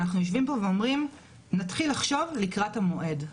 אנחנו יושבים פה ואומרים שנתחיל לחשוב לקראת המועד.